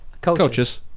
Coaches